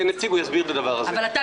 יהיה נציג מוועדת הבחירות, יציג את זה.